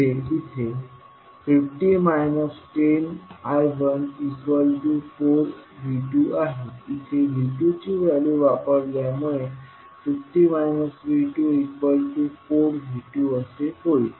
पुढे इथे 50 10I14V2आहे इथेV2ची व्हॅल्यू वापरल्यामुळे 50 V24V2 असे होईल